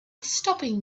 stopping